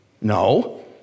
No